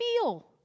feel